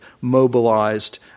mobilized